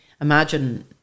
imagine